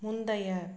முந்தைய